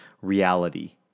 reality